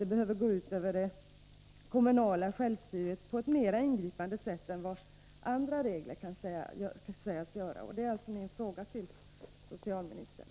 Det behöver inte gå ut över det kommunala självstyret på ett mer ingripande sätt än vad andra regler kan sägas göra.